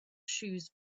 shoes